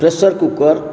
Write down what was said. pressure cooker